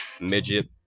midget